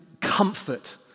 comfort